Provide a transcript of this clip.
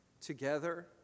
together